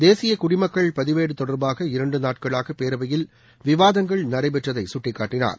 தேசிய குடிமக்கள் பதிவேடு தொடர்பாக இரண்டு நாட்களாக பேரவையில் விவாதங்கள் நடைபெற்றதை அவர் சுட்டிக்காட்டினார்